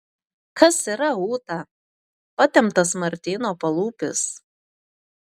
kas yra ūta patemptas martyno palūpis